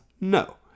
No